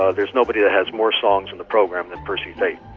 ah there's nobody that has more songs in the program than percy faith